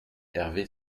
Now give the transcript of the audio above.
herve